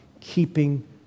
keeping